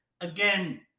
again